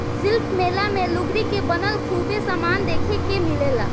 शिल्प मेला मे लुगरी के बनल खूबे समान देखे के मिलेला